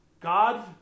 God